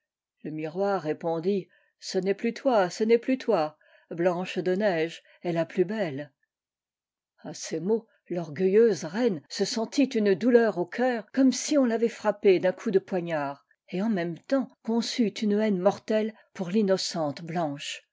le miroir répondit ce n'est plus toi ce n'est plus toi blanche de neige est la plus belle a ces mots l'orgueilleuse reine se sentit une douleur au cœur comme s on l'avait frappée d'un oup de poignard et en même temps conçut une haine mortelle pour l'innocente blanche